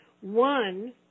One